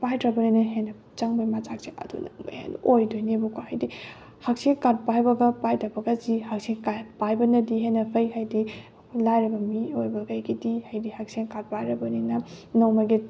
ꯄꯥꯏꯗ꯭ꯔꯕꯅ ꯍꯦꯟꯅ ꯆꯪꯕꯒꯤ ꯃꯆꯥꯛꯁꯦ ꯑꯗꯨꯅ ꯑꯃꯨꯛ ꯍꯦꯟꯅ ꯑꯣꯏꯗꯣꯏꯅꯦꯕꯀꯣ ꯍꯥꯏꯗꯤ ꯍꯛꯁꯦꯜ ꯀꯥꯠ ꯄꯥꯏꯕꯒ ꯄꯥꯏꯗꯕꯒꯁꯤ ꯍꯛꯁꯦꯜ ꯀꯥꯠ ꯄꯥꯏꯕꯅꯗꯤ ꯍꯦꯟꯅ ꯐꯩ ꯍꯥꯏꯗꯤ ꯂꯥꯏꯔꯕ ꯃꯤ ꯑꯣꯏꯕꯈꯩꯒꯤꯗꯤ ꯍꯥꯏꯗꯤ ꯍꯛꯁꯦꯜ ꯀꯥꯠ ꯄꯥꯏꯔꯕꯅꯤꯅ ꯅꯣꯡꯃꯒꯤ